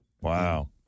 Wow